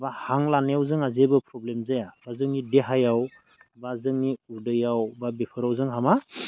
बा हां लानायाव जोंहा जेबो प्रब्लेम जाया जोंनि देहायाव बा जोंनि उदैयाव बा बेफोराव जोंहा मा